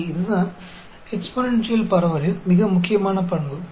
इसलिए यह exponential distribution की सबसे महत्वपूर्ण विशेषता है